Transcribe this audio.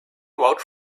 vouch